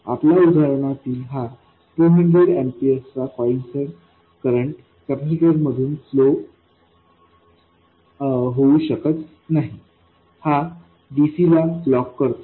आपल्या उदाहरणातील हा 200 अॅम्पीर्सचा क्वाइएसन्ट करंट कॅपेसिटर मधून फ्लो शकत नाहीत हा dc ला ब्लॉक करतो